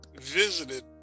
visited